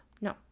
no